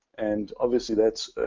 and obviously that's,